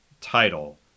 title